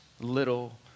little